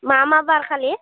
मा मा बार खालि